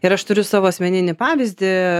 ir aš turiu savo asmeninį pavyzdį